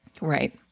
Right